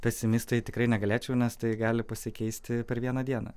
pesimistai tikrai negalėčiau nes tai gali pasikeisti per vieną dieną